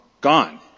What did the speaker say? gone